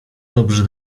dobrze